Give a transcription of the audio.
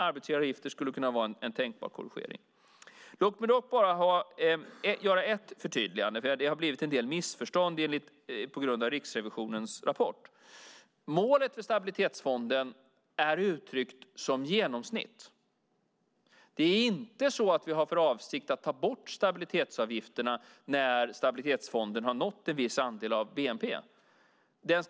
Arbetsgivaravgifter skulle kunna vara en tänkbar korrigering. Låt mig bara göra ett förtydligande. Det har blivit en del missförstånd på grund av Riksrevisionens rapport. Målet för Stabilitetsfonden är uttryckt som genomsnitt. Det är inte så att vi har för avsikt att ta bort stabilitetsavgifterna när Stabilitetsfonden har nått en viss andel av bnp.